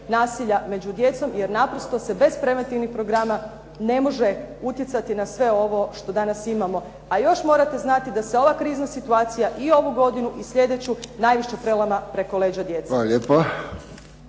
nasilja među djecom jer naprosto se bez preventivnih programa ne može utjecati na sve ovo što danas imamo. A još morate znati da se ova krizna situacija i ovu godinu i slijedeću najviše prelama preko leđa djece.